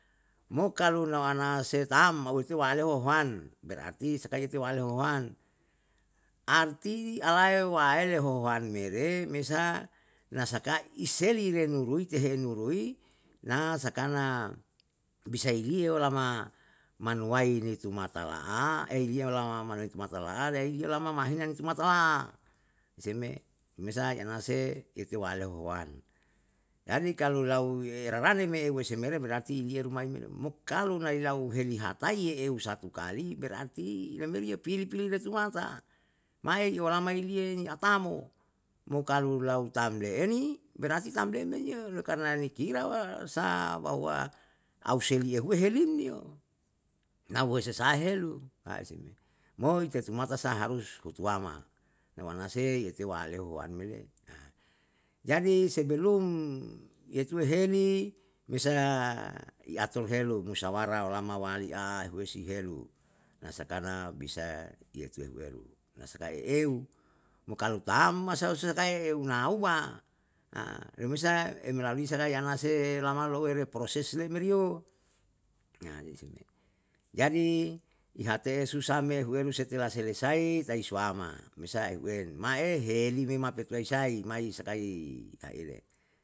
Mo kalu nau ana se tam auwese waele wohohan, berarti sakae itewale wahohan, arti alae waele hohohan mere, mesa na saka iseli ire nurui tehe nurui, na sakna bisa ilie olama manuwai ni tumata la'a, eiliya olama tei tumata la'a, raihiyo lama mahina tumata la'a, se me remesa ye anase itewale huan, jadi kalu alu rarane me esemere berarti iliye rumai me le, mo kalu nai lau helihatai ye eu sati kali, berarti re meri yo, pi pili re tumata, mae yoalama mai niyeno atamo, mo kalu lau tamle eni berarti tam le men yo. oleh karna ni kira wa sa bahwa uselie huwe welim yo, nai husasa helu, ase me? Mo ite tumata saharus utuwama na waan se etewaleo huwan me le, jadi sebelum etue heli, mesa i ator helu, musyawara olama wali ahuwesi helu, na sakana bisae iyetuhe uweru na sakae i eu, mo kalu tam, masa se sakae eunauma, remesa emelalui sadayana selama le proses le meri yo, se me? Jadi iahte'e susah me huwenu setelah selesai, tai suwama mea ehu en, ma'e helima petuai si, mai sakai itaile?